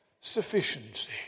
sufficiency